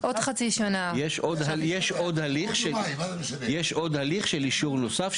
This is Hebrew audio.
יש עוד הליך של אישור נוסף,